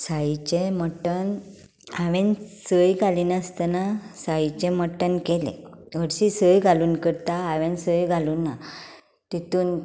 साळयेचें मट्टण हांवें सोय घालिनासतना साळयेचें मट्टण केलें हरशीं सोय घालून करतात हांवें सोय घालूंक ना